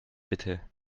bitte